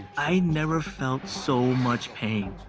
i never felt so much pain.